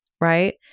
Right